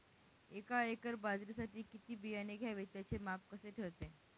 एका एकर बाजरीसाठी किती बियाणे घ्यावे? त्याचे माप कसे ठरते?